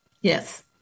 Yes